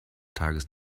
tages